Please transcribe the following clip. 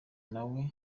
nawe